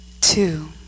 two